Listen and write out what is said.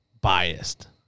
biased